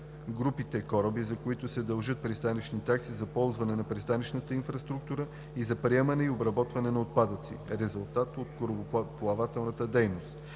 групите кораби, за които се дължат пристанищни такси за ползване на пристанищната инфраструктура и за приемане и обработване на отпадъци – резултат от корабоплавателна дейност;